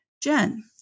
Jen